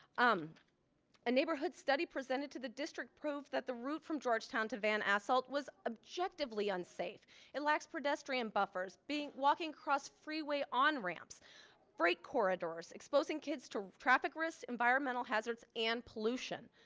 um a neighborhood study presented to the district. prove that the route from georgetown to van asselt was objectively unsafe it lacks pedestrian buffers. walking cross freeway on ramps freight corridors exposing kids to traffic risks environmental hazards and pollution.